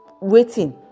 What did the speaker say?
waiting